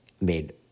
made